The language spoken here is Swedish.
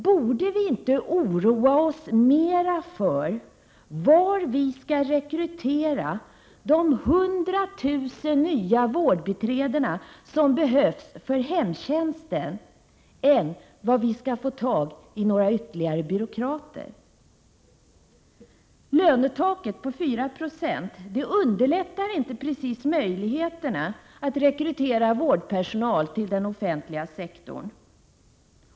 Borde vi inte oroa oss mer för var vi skall rekrytera de 100 000 nya vårdbiträden som behövs för hemtjänsten än för var vi skall få tag i några ytterligare byråkrater? Lönetaket på 4 20 underlättar inte precis möjligheterna att rekrytera vårdpersonal till den offentliga sektorn.